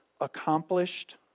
accomplished